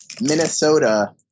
Minnesota